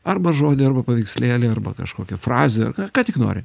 arba žodį arba paveikslėlį arba kažkokią frazę ką tik nori